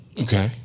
Okay